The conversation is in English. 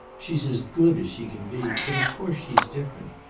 she's as good as she can be, but of course she's different,